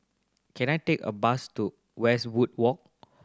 can I take a bus to Westwood Walk